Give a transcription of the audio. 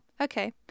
okay